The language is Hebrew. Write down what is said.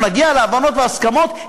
נגיע להבנות והסכמות,